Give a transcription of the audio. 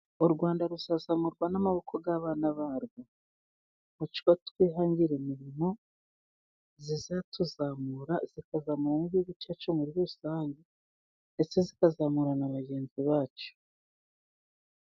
U Rwanda ruzazamurwa n'amaboko y'abana barwo mucyo twihangire imirimo izatuzamura tukava mu ngo z'ibiceca muri rusange ndetse ikazamu na bagenzi bacu.